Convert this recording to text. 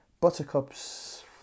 Buttercup's